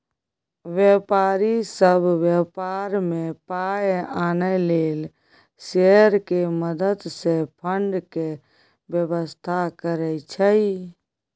व्यापारी सब व्यापार में पाइ आनय लेल शेयर के मदद से फंड के व्यवस्था करइ छइ